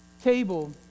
table